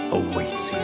awaits